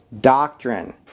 doctrine